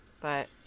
but-